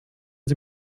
sie